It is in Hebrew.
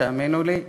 תאמינו לי,